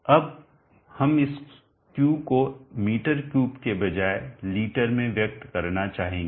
अब हम इस Q को m3 के बजाय लीटर में व्यक्त करना चाहेंगे